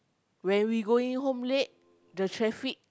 when we going home late the traffic